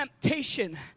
temptation